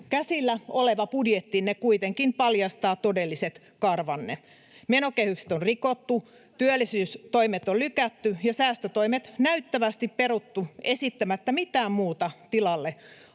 Käsillä oleva budjettinne kuitenkin paljastaa todelliset karvanne: menokehykset on rikottu, työllisyystoimet on lykätty ja säästötoimet näyttävästi peruttu esittämättä mitään muuta tilalle.